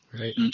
right